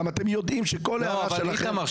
אתם גם יודעים שכל הערה שלכם --- איתמר,